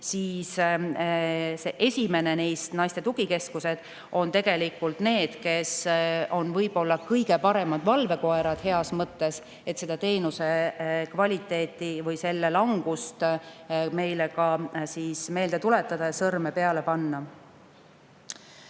ütlesin, esimene neist, naiste tugikeskused, on tegelikult need, kes on võib-olla kõige paremad valvekoerad heas mõttes, et seda teenuse kvaliteeti või selle langust meile ka meelde tuletada, sõrme peale panna.